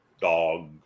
dog